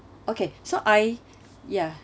okay so I ya